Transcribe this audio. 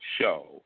show